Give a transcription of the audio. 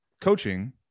coaching